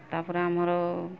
ତାପରେ ଆମର